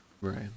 Right